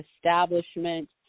establishment